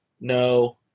No